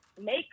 make